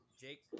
Jake